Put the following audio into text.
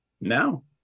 now